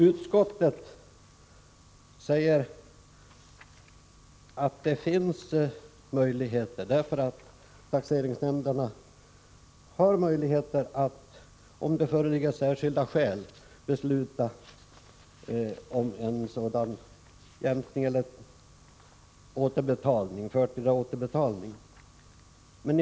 Utskottet säger att önskade möjligheter redan finns, eftersom taxeringsnämnderna, om det föreligger särskilda skäl, kan besluta om förtida återbetalning.